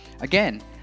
again